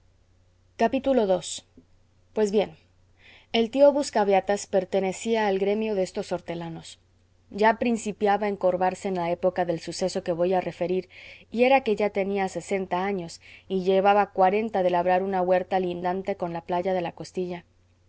vida ii pues bien el tío buscabeatas pertenecía al gremio de estos hortelanos ya principiaba a encorvarse en la época del suceso que voy a referir y era que ya tenía sesenta años y llevaba cuarenta de labrar una huerta lindante con la playa de la